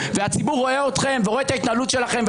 הציבור רואה אתכם ורואה את ההתנהלות שלכם,